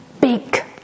big